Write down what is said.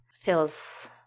feels